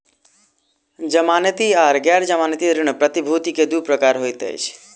जमानती आर गैर जमानती ऋण प्रतिभूति के दू प्रकार होइत अछि